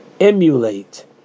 emulate